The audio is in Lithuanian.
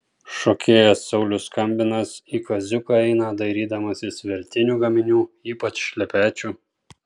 šokėjas saulius skambinas į kaziuką eina dairydamasis veltinių gaminių ypač šlepečių